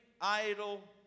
idle